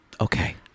okay